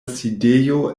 sidejo